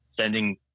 sending